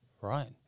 right